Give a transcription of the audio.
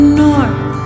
north